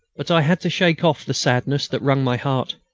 but i had to shake off the sadness that wrung my heart.